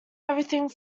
everything